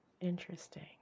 Interesting